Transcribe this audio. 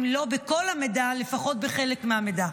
אם לא בכל המידע, לפחות בחלק מהמידע.